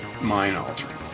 mind-altering